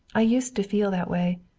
i used to feel that way.